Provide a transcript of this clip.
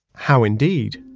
how indeed.